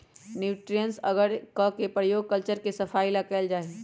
nutrients अगर के प्रयोग कल्चर के सफाई ला कइल जाहई